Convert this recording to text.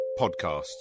podcasts